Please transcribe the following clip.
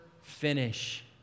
finish